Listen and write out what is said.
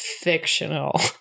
fictional